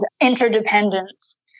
interdependence